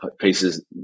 pieces